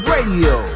Radio